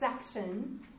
section